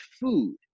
food